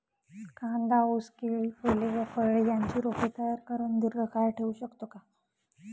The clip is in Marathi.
कांदा, ऊस, केळी, फूले व फळे यांची रोपे तयार करुन दिर्घकाळ ठेवू शकतो का?